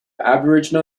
aboriginal